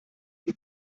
die